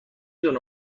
دونه